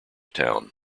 town